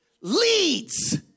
leads